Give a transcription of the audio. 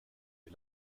est